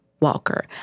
Walker